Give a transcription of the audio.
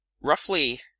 roughly